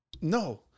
No